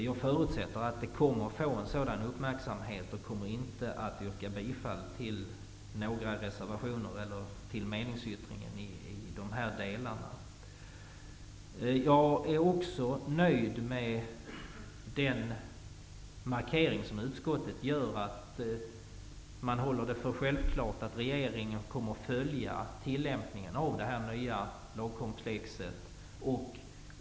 Jag förutsätter att de får sådan uppmärksamhet och kommer inte att yrka bifall vare sig till någon reservation eller till meningsyttringen i de här delarna. Vidare är jag nöjd med utskottets markering, dvs. att man håller det för självklart att regeringen kommer att följa tillämpningen av det nya lagkomplexet.